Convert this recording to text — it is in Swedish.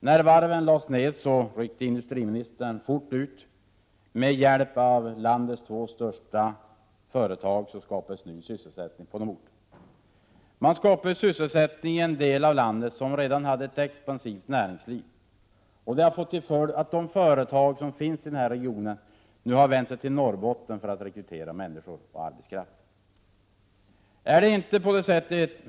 När varven lades ned ryckte industriministern ut, och med hjälp av två av landets största företag skapades ny sysselsättning på berörda orter. Man skapade sysselsättning i en del av landet som redan hade ett expansivt näringsliv, och det har fått till följd att de företag som finns i regionen nu har vänt sig till Norrbotten för att rekrytera arbetskraft. Herr industriminister!